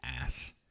ass